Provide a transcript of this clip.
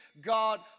God